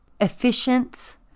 efficient